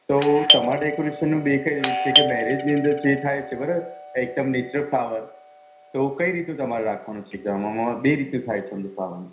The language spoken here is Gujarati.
તો તમારે ડૅકોરેશનનું બે કઇ રીત છે કે મૅરેજની અંદર જે થાય છે એ બરાબર એકદમ નેચરલ ફ્લાવર તો કઈ રીતનું તમારે રાખવાનું છે ત્યાં આમાં બે રીતનું થાય છે આમ તો ફ્લાવરનું